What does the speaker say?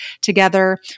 together